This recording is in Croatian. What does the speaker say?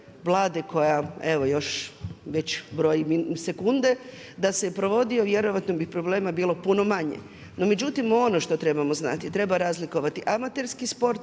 koja evo još broji sekunde, da se je provodio vjerojatno bi problema bilo puno manje. No međutim, ono što trebamo znati, treba razlikovati amaterski sporta